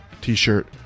t-shirt